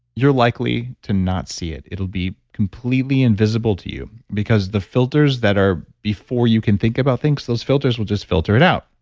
you're likely to not see it. it'll be completely invisible to you because the filters that are, before you can think about things those filters will just filter it out.